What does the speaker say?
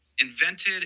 invented